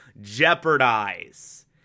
jeopardize